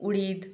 उडीद